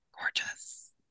Gorgeous